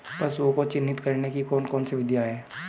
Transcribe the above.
पशुओं को चिन्हित करने की कौन कौन सी विधियां हैं?